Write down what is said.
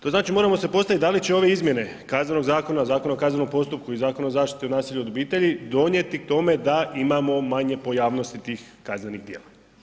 To znači moramo se postaviti da li će ove izmjene Kaznenog zakona, Zakona o kaznenom postupku i Zakona o zaštiti od nasilja u obitelji donijeti k tome da imamo manje pojavnosti tih kaznenih djela.